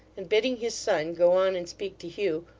and bidding his son go on and speak to hugh,